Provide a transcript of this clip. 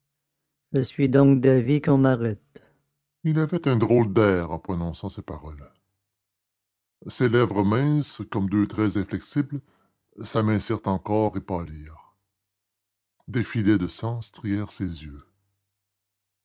je suis donc d'avis qu'on m'arrête il avait un drôle d'air en prononçant ces paroles ses lèvres minces comme deux traits inflexibles s'amincirent encore et pâlirent des filets de sang strièrent ses yeux